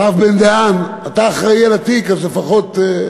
הרב בן-דהן, אתה אחראי לתיק אז לפחות,